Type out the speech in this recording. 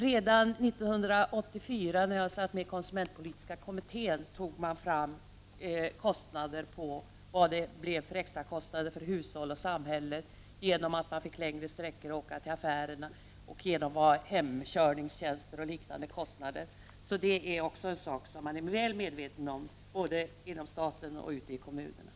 Redan 1984, då jag satt i konsumentpolitiska kommittén, studerade vi vad det blev för extra kostnader för hushåll och samhälle genom att man fick längre sträckor att åka till affären och vad hemkörningstjänster och liknande innebar för kostnader. Så vad det kostar är man väl medveten om både inom staten och ute i kommunerna.